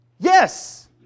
Yes